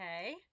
okay